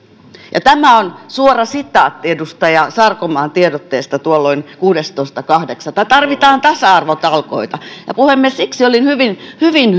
ja tämä on suora sitaatti edustaja sarkomaan tiedotteesta tuolloin kuudestoista kahdeksatta tarvitaan tasa arvotalkoita ja puhemies siksi olin hyvin hyvin